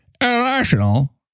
international